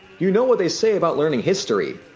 you know what they say about learning history,